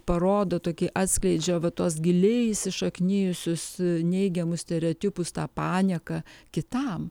parodo tokį atskleidžia va tuos giliai įsišaknijusius neigiamus stereotipus tą panieką kitam